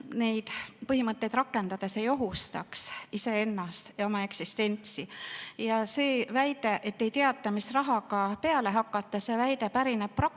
neid põhimõtteid rakendades ei ohusta iseennast ja oma eksistentsi. Ja see väide, et ei teata, mis rahaga peale hakata, see väide pärineb praktikutelt,